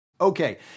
Okay